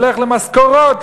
הולך למשכורות,